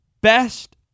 best